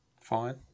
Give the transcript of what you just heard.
Fine